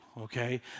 Okay